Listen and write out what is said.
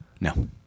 No